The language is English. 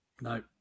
No